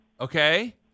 Okay